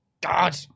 God